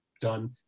done